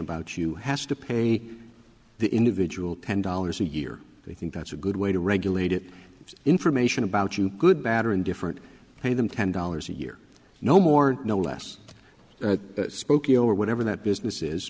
about you has to pay the individual ten dollars a year they think that's a good way to regulate it information about you good bad or indifferent pay them ten dollars a year no more no less spokeo or whatever that business